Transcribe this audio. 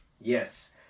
Yes